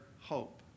hope